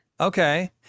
okay